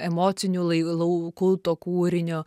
emociniu lai lauku to kūrinio